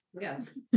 yes